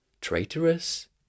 Traitorous